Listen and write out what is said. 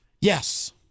Yes